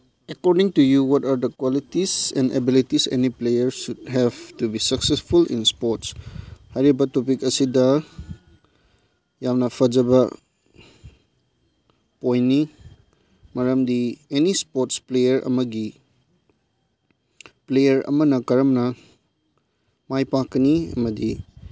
according to you what are the qualities and abilities any players should have to be successful in sports ꯍꯥꯏꯔꯤꯕ ꯇꯣꯄꯤꯛ ꯑꯁꯤꯗ ꯌꯥꯝꯅ ꯐꯖꯕ ꯄꯣꯏꯟꯅꯤ ꯃꯔꯝꯗꯤ ꯑꯦꯅꯤ ꯏꯁꯄꯣꯔꯠꯁ ꯄ꯭ꯂꯦꯌꯥꯔ ꯑꯃꯒꯤ ꯄ꯭ꯂꯦꯌꯥꯔ ꯑꯃꯅ ꯀꯔꯝꯅ ꯃꯥꯏ ꯄꯥꯛꯀꯅꯤ ꯑꯃꯗꯤ